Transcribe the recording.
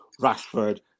Rashford